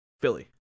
Philly